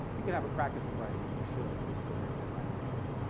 you can have a practice of writing, and you should, but it's still very deadline-oriented.